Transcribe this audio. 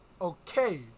Okay